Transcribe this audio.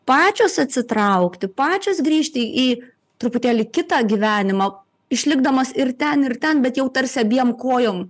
pačios atsitraukti pačios grįžti į truputėlį kitą gyvenimą išlikdamos ir ten ir ten bet jau tarsi abiem kojom